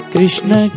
Krishna